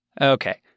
okay